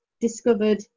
discovered